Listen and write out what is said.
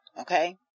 Okay